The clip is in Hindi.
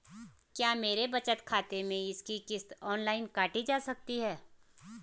क्या मेरे बचत खाते से इसकी किश्त ऑनलाइन काटी जा सकती है?